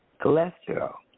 cholesterol